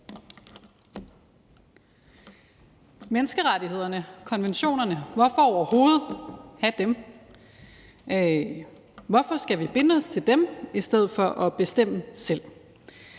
Menneskerettighederne og konventionerne – hvorfor overhovedet have dem? Hvorfor skal vi binde os til dem i stedet for at bestemme selv?